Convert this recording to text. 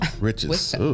Riches